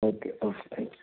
okay okay thank you